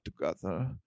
together